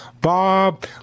Bob